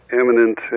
eminent